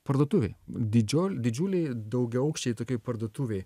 parduotuvėj didžiol didžiuliai daugiaaukščiai tokioj parduotuvėj